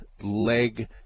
leg